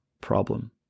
problem